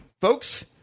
folks